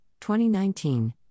2019